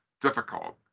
difficult